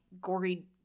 gory